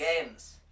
Games